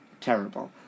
terrible